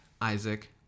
isaac